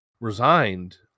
resigned